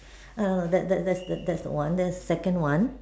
uh that's that's that's that's that's the one that's the second one